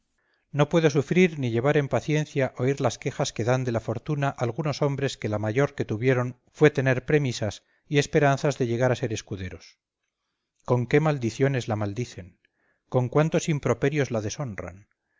no puedo sufrir ni llevar en paciencia oír las quejas que dan de la fortuna algunos hombres que la mayor que tuvieron fue tener premisas y esperanzas de llegar a ser escuderos con qué maldiciones la maldicen con cuántos improperios la deshonran